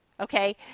Okay